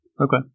Okay